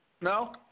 No